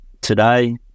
today